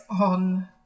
on